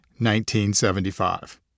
1975